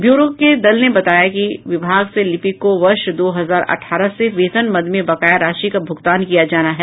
bureau के दल ने बताया कि विभाग से लिपिक को वर्ष दो हजार अठारह से वेतन मद में बकाया राशि का भुगतान किया जाना है